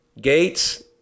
Gates